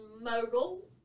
mogul